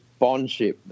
bondship